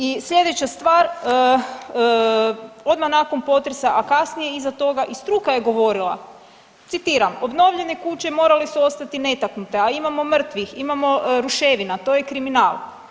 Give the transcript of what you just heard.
I sljedeća stvar, odmah nakon potresa, a kasnije iza toga i struka je govorila citiram, obnovljene kuće morale su ostati netaknute, a imamo mrtvih, imamo ruševina, to je kriminal.